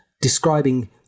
describing